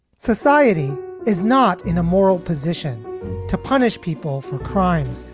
society is not in a moral position to punish people for crimes.